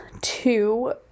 two